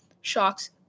Sharks